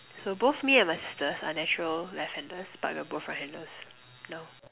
so both me and my sister are natural left handers but we are both right handers now